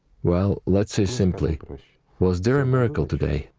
well, let's say simply, was was there a miracle today?